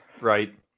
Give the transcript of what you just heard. right